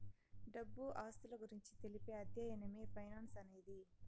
డబ్బు ఆస్తుల గురించి తెలిపే అధ్యయనమే ఫైనాన్స్ అనేది